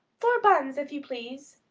four buns, if you please,